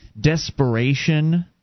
desperation